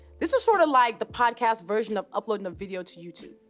this is sort of like the podcast version of uploading a video to youtube.